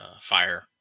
fire